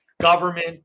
government